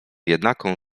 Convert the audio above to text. jednaką